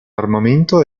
armamento